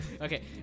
Okay